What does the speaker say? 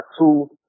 two